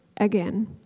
Again